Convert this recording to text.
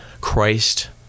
Christ